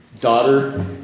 daughter